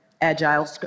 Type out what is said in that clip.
Agile